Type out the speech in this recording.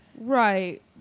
Right